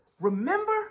remember